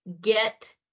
get